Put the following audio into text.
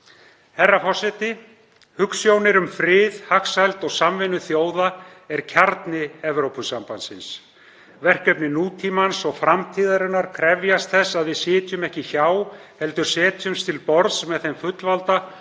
Herra forseti. Hugsjónir um frið, hagsæld og samvinnu þjóða er kjarni Evrópusambandsins. Verkefni nútímans og framtíðarinnar krefjast þess að við sitjum ekki hjá heldur setjumst til borðs með fullvalda og